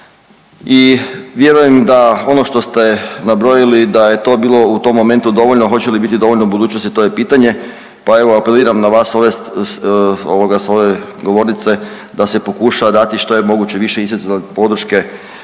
i vjerujem da ono što ste nabrojili da je to bilo u tom momentu dovoljno, hoće li biti dovoljno u budućnosti to je pitanje, pa evo apeliram na vas ovdje ovoga s ove govornice da se pokuša dati što je moguće više …/Govornik se ne